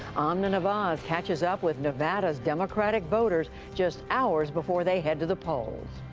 amna nawaz catches up with nevada's democratic voters just hours before they head to the polls.